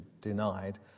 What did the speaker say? denied